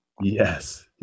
Yes